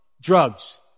drugs